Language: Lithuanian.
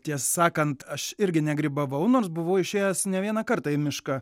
tiesą sakant aš irgi negrybavau nors buvau išėjęs ne vieną kartą į mišką